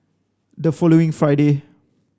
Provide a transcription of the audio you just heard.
the following Friday